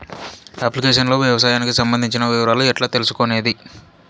Application లో వ్యవసాయానికి సంబంధించిన వివరాలు ఎట్లా తెలుసుకొనేది?